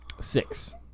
Six